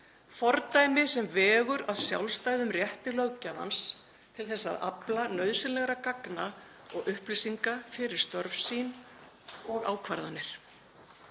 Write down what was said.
fordæmi sem vegur að sjálfstæðum rétti löggjafans til að afla nauðsynlegra gagna og upplýsinga fyrir störf sín og ákvarðanir.